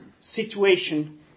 situation